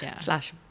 slash